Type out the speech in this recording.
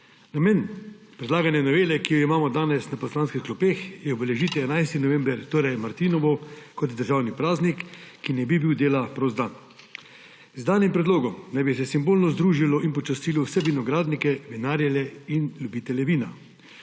Namen predlagane novele, ki jo imamo danes na poslanskih klopeh, je obeležiti 11. november, torej martinovo, kot državni praznik, ki ne bi bil dela prost dan. Z danim predlogom naj bi se simbolno združilo in počastilo vse vinogradnike, vinarje in ljubitelje vina.